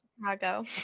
Chicago